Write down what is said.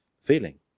feeling